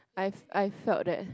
I I felt that